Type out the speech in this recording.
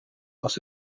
als